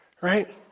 right